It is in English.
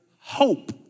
hope